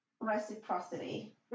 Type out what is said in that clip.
Reciprocity